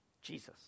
Jesus